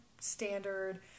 standard